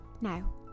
Now